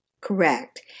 Correct